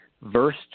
Verse